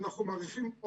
אנחנו מעריכים,